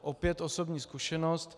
Opět osobní zkušenost.